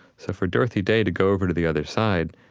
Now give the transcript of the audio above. so for dorothy day to go over to the other side,